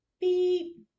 beep